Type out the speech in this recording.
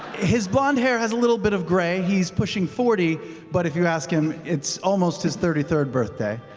his blond hair has a little bit of gray, he's pushing forty but if you ask him, it's almost his thirty third birthday.